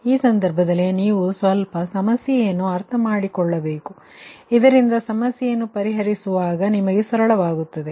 ಈ ಸಂದರ್ಭದಲ್ಲಿ ನೀವು ಸ್ವಲ್ಪ ಸಮಸ್ಯೆಯನ್ನು ಅರ್ಥಮಾಡಿಕೊಳ್ಳಬೇಕು ಇದರಿಂದ ಸಮಸ್ಯೆಯನ್ನು ಪರಿಹರಿಸುವಾಗ ನಿಮಗೆ ಸರಳವಾಗುತ್ತದೆ